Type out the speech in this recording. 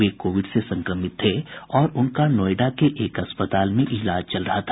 वे Covid से संक्रमित थे और उनका नोएडा के एक अस्पताल में इलाज चल रहा था